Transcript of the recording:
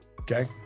Okay